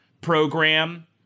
program